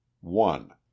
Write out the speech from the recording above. one